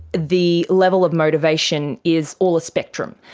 the level of motivation is all a spectrum.